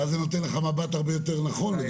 ואז זה נותן לך מבט הרבה יותר נכון.